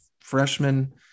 freshman